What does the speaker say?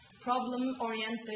problem-oriented